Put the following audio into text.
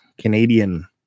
Canadian